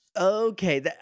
Okay